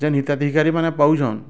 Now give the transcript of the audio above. ଯେନ ହିତାଧିକାରୀ ମାନେ ପାଉଛନ